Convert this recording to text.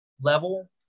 level